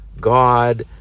God